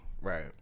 right